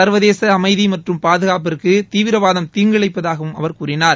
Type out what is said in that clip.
சர்வதேச அமைதி மற்றும் பாதுகாப்பிற்கு தீவிரவாதம் தீங்கிழைப்பதாகவும் அவர் கூறினார்